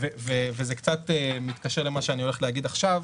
זה מתקשר למה שאני הולך להגיד עכשיו.